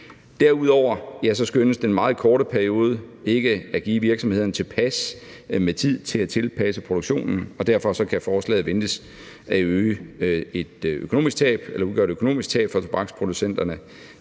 Derudover skønnes den meget korte periode ikke at give virksomhederne tilpas med tid til at tilpasse produktionen, og derfor kan forslaget ventes at give et økonomisk tab for tobaksproducenterne,